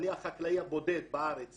אני החקלאי הבודד בארץ